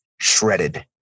shredded